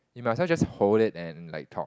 you might as well just hold it and like talk